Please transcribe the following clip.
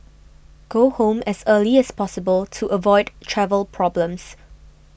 go home as early as possible to avoid travel problems